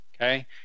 okay